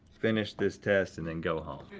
finish this test, and then go home.